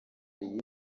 iyi